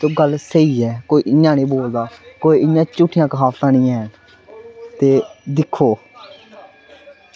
ते गल्ल स्हेई ऐ कोई इ'यां निं बोलदा कोई इ'यां झूठियां क्हावतां निं हैन ते दिक्खो